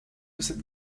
cette